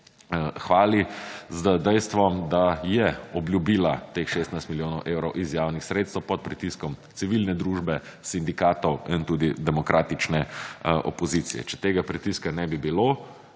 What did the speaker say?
hvali z dejstvom, da je obljubila teh 16 milijonov evrov iz javnih sredstev pod pritiskom civilne družbe, sindikatov in tudi demokratične opozicije. Če tega pritiska ne bi bilo,